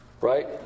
Right